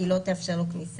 כי היא לא תאפשר לו כניסה